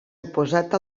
oposat